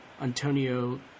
Antonio